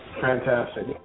Fantastic